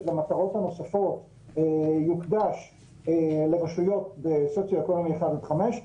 למטרות הנוספות יוקדש לרשויות בסוציואקונומי אחד עד חמש,